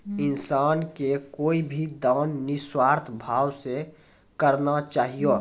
इंसान के कोय भी दान निस्वार्थ भाव से करना चाहियो